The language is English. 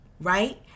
right